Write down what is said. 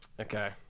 Okay